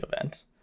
event